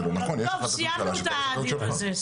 טוב, סיימנו את הדיון הזה.